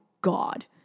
God